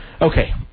Okay